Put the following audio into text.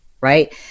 right